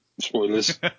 spoilers